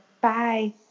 Bye